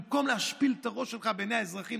במקום להשפיל את הראש שלך מול האזרחים,